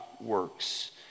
works